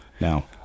now